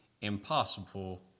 impossible